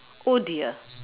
oh dear